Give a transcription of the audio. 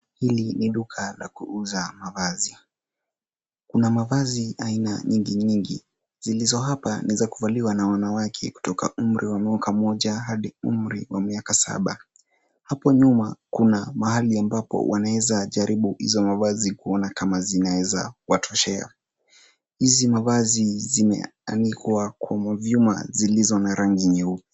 Hili ni duka la kuuza mavazi. Kuna mavazi aina nyingi nyingi. Zilizo hapa ni za kuvaliwa na wanawake kutoka umri wa mwaka mmoja hadi umri wa miaka saba. Hapo nyuma kuna mahali ambapo wanaeza jaribu hizo mavazi kuona kama zinaeza watoshea. Hizi mavazi zimeanikwa kwa mavyuma zilizo na rangi nyeupe.